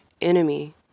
enemy